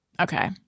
Okay